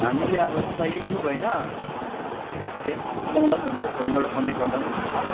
हामीले अब त्यसमा युट्युब होइन त्यस चलाउँदा पनि हुन्छ फोनबाट कनेक्ट गर्दा पनि हुन्छ